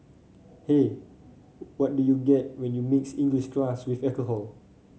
hey what do you get when you mix English class with alcohol